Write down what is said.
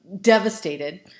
devastated